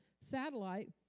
satellite